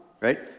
right